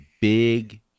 big